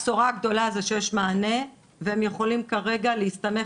הבשורה הגדולה היא שיש מענה והם יכולים כרגע להסתמך